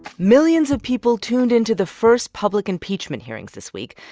millions of people tuned into the first public impeachment hearings this week,